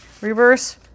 reverse